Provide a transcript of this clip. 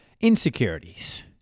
Insecurities